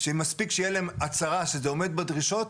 שמספיק שיהיה להם הצהרה שזה עומד בדרישות,